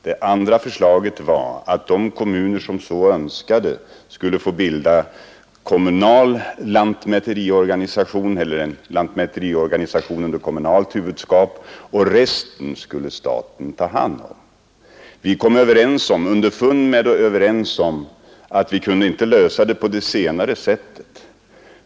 Det andra förslaget var att de kommuner, som så önskade, skulle få bilda en lantmäteriorganisation under kommunalt huvudmannaskap, och resten skulle staten ta hand om. Vi kom underfund med att vi inte kunde lösa frågan på det senare sättet.